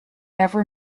ever